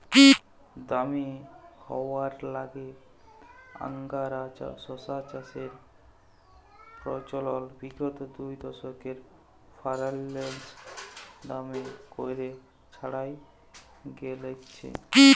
দামি হউয়ার ল্যাইগে আংগারা শশা চাষের পচলল বিগত দুদশকে ফারাল্সে দমে ক্যইরে ছইড়ায় গেঁইলছে